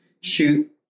shoot